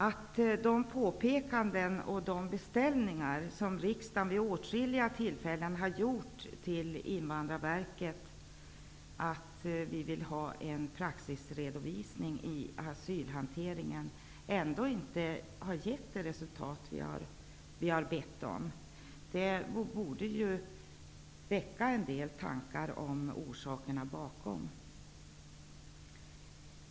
Att de påpekanden och de beställningar som riksdagen vid åtskilliga tillfällen har gjort till Invandrarverket om att vi vill ha en praxisredovisning i asylhanteringen ändå inte har gett det resultat vi har bett om borde väcka en del tankar om orsakerna bakom.